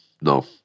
no